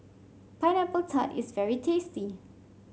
Pineapple Tart is very tasty